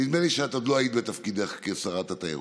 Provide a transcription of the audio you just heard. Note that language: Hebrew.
נדמה לי שאת עוד לא היית בתפקידך כשרת התיירות.